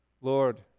Lord